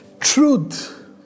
truth